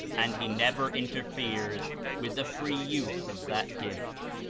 and he never interferes with the! free use of that gift.